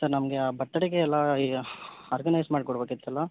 sir ನಮಗೆ ಬರ್ತಡೇಗೆ ಎಲ್ಲಾ ಈ ಆರ್ಗನೈಝ್ ಮಾಡಿ ಕೊಡಬೇಕಿತ್ತಲ್ಲ